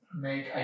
make